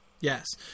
yes